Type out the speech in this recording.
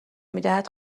میدهد